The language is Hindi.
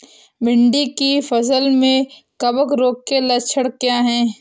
भिंडी की फसल में कवक रोग के लक्षण क्या है?